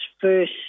First